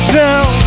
down